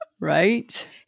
right